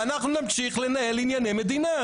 ואנחנו נמשיך לנהל את ענייני המדינה.